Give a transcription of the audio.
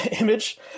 image